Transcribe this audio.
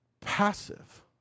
passive